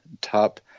top